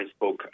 Facebook